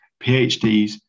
PhDs